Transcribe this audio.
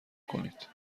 کنید